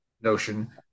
notion